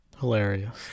Hilarious